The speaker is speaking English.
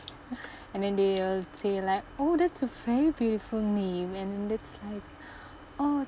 and then they will say like oh that's a very beautiful name and that's like oh